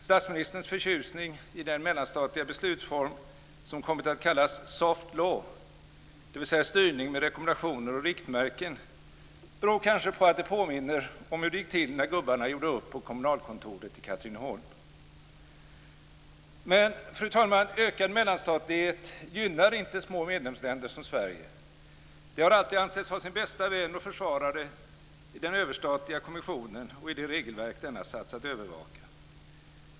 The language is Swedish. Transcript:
Statsministerns förtjusning i den mellanstatliga beslutsform som kommit att kallas soft law, dvs. styrning med rekommendationer och riktmärken, beror kanske på att det påminner om hur det gick till när gubbarna gjorde upp på kommunalkontoret i Katrineholm. Men, fru talman, ökad mellanstatlighet gynnar inte små medlemsländer som Sverige. De har alltid ansetts ha sin bästa vän och försvarare i den överstatliga kommissionen och i det regelverk denna satts att övervaka.